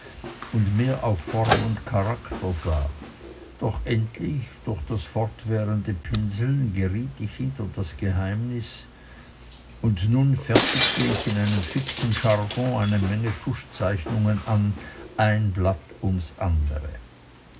und mehr auf form und charakter sah doch endlich durch das fortwährende pinseln geriet ich hinter das geheimnis und nun fertigte ich in einem fixen jargon eine menge tuschzeichnungen an ein blatt ums andere